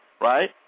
Right